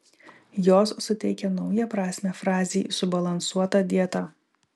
jos suteikia naują prasmę frazei subalansuota dieta